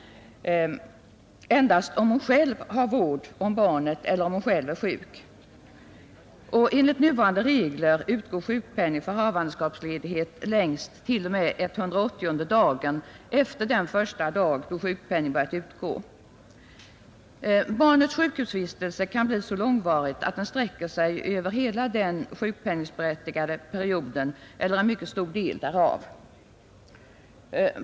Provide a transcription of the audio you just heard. Efter denna tid utgår sjukpenning endast om hon själv har vård om barnet eller själv är sjuk. Enligt nuvarande regler utgår sjukpenning för havandeskapsledighet längst t.o.m. 180:e dagen efter den dag då sjukpenning börjat utgå. Barnets sjukhusvistelse kan bli så långvarig att den sträcker sig över hela den sjukpenningberättigade perioden eller en mycket stor del därav.